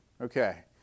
Okay